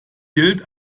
gilt